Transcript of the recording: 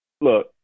Look